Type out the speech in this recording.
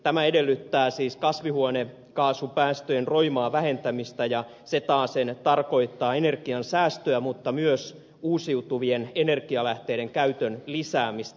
tämä edellyttää siis kasvihuonekaasupäästöjen roimaa vähentämistä ja se taasen tarkoittaa energian säästöä mutta myös uusiutuvien energialähteiden käytön lisäämistä